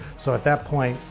so at that point.